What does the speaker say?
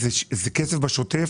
כסף בשוטף,